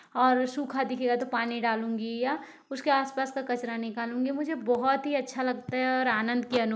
और सूखा दिखेगा तो पानी डालूंगी या उसके आस पास का कचरा निकालूंगी मुझे बहुत ही अच्छा लगता है और आनंद की अनु